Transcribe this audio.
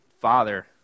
Father